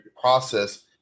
process